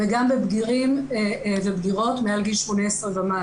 וגם בבגירים ובגירות מעל גיל 18 ומעלה.